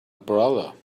brother